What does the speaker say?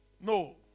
No